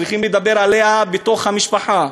צריכים לדבר עליה בתוך המשפחה.